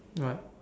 what